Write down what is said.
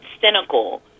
cynical